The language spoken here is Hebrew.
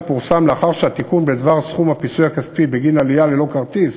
שפורסם לאחר שהתיקון בדבר סכום הפיצוי הכספי בגין עלייה ללא כרטיס